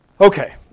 Okay